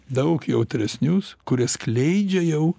daug jautresnius kurie skleidžia jau